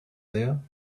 there